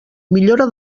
millora